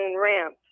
ramp